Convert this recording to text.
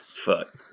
Fuck